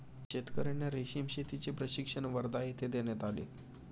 शेतकर्यांना रेशीम शेतीचे प्रशिक्षण वर्धा येथे देण्यात आले